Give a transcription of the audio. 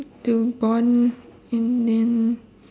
to bond and then